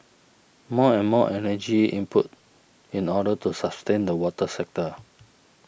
more and more energy input in order to sustain the water sector